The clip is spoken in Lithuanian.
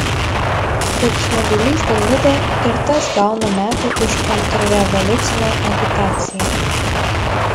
kurčnebylis dailidė ir tas gauna metų už kontrrevoliucine agitaciją